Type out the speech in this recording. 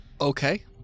Okay